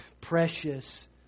precious